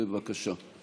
בבקשה.